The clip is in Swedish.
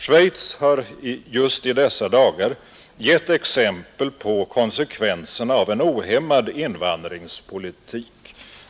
Schweiz har just i dessa dagar givit exempel på konsekvenserna av en ohämmad invandringspolitik.